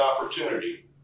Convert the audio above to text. opportunity